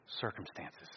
circumstances